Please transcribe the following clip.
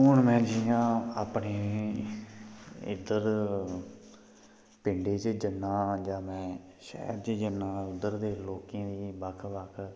हून में जि'यां अपने इद्धर पिंडे च जन्ना जां में शैह्र च जन्ना उद्धर दे लोकें दी बक्ख बक्ख